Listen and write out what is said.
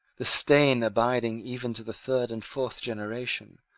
the stain abiding even to the third and fourth generation,